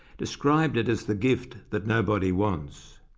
described it as the gift that nobody wants.